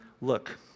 look